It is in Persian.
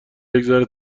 یکذره